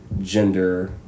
gender